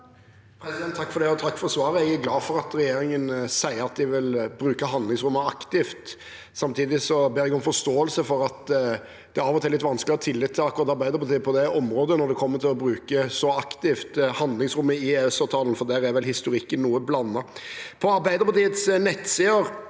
(R) Takk for svaret. Jeg er glad for at regjeringen sier at de vil bruke handlingsrommet aktivt. Samtidig ber jeg om forståelse for at det av og til er litt vanskelig å ha tillit til akkurat Arbeiderpartiet på det området – om de så aktivt kommer til å bruke handlingsrommet i EØS-avtalen – for der er vel historikken noe blandet. På Arbeiderpartiets nettsider